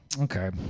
Okay